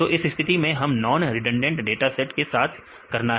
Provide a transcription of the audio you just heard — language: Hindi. तो इस स्थिति में हमें नॉन रिडंडेंट डाटा सेट के साथ करना है